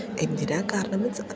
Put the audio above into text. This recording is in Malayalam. എന്തിനാ കാരണം എന്ന് വെച്ചാൽ അതാ